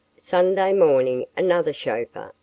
sunday morning another chauffeur,